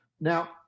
Now